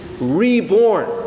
reborn